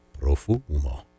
Profumo